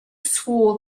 swore